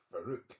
Farouk